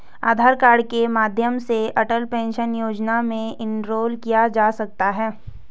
आधार card के माध्यम से अटल पेंशन योजना में इनरोल किया जा सकता है